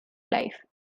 life